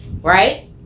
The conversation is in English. right